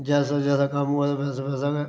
जैसा जैसा कम्म होऐ ते वैसा वैसा गै